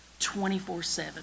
24/7